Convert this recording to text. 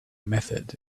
method